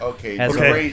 Okay